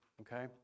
okay